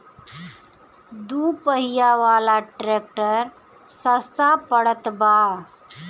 दू पहिया वाला ट्रैक्टर सस्ता पड़त बा